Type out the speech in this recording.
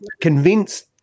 convinced